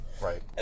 Right